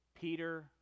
Peter